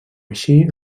així